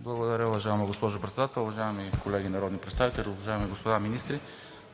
Благодаря, уважаема госпожо Председател. Уважаеми колеги народни представители, уважаеми господа министри!